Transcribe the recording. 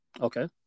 Okay